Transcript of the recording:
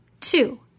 Two